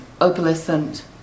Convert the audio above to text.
opalescent